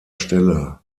stelle